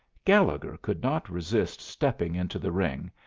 gallegher could not resist stepping into the ring,